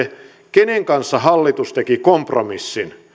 kenen kanssa hallitus teki kompromissin